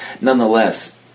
nonetheless